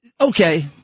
Okay